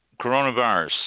coronavirus